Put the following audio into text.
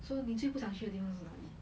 so 你最不想去的地方是哪里